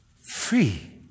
free